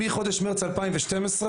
מחודש מרץ 2012,